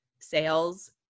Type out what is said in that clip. sales